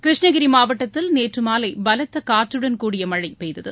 கிருஷ்ணகிரி மாவட்டத்தில் நேற்று மாலை பலத்த காற்றுடன் கூடிய மழை பெய்தது